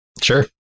Sure